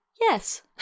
yes